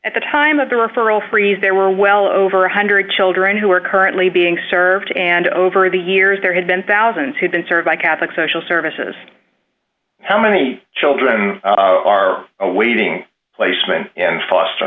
at the time of the referral freeze there were well over one hundred children who are currently being served and over the years there has been thousands who've been served by catholic social services how many children are awaiting placement in foster